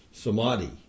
Samadhi